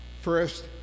first